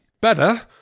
Better